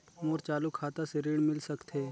मोर चालू खाता से ऋण मिल सकथे?